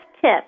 tip